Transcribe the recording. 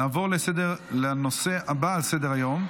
נעבור לנושא הבא על סדר-היום,